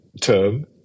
term